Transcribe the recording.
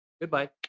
Goodbye